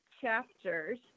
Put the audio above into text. chapters